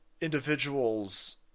individuals